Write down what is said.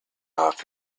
off